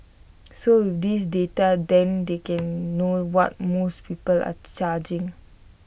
so this data then they can know what most people are charging